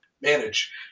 manage